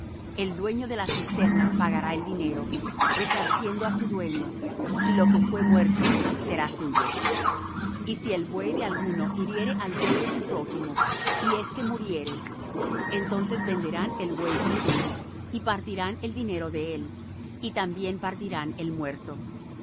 el dueño de la cisterna pagará el dinero resarciendo á su dueño y lo que fue muerto será suyo y si el buey de alguno hiriere al buey de su prójimo y éste muriere entonces venderán el buey vivo y partirán el dinero de él y también partirán el muerto